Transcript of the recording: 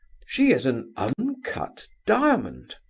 she is an uncut diamond.